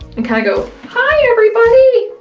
and kinda go hi, everybody!